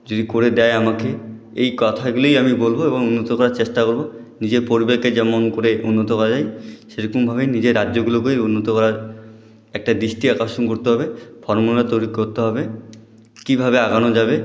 যদি করে দেয় আমাকে এই কথাগুলোই আমি বলব এবং উন্নত করার চেষ্টা করব নিজের পরিবারকে যেমন করে উন্নত করা যায় সেরকমভাবেই নিজের রাজ্যগুলোকেও উন্নত করার একটা দৃষ্টি আকর্ষণ করতে হবে ফর্মুলা তৈরি করতে হবে কীভাবে এগোনো যাবে